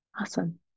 Awesome